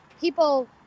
people